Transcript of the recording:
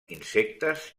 insectes